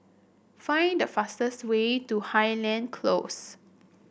find the fastest way to Highland Close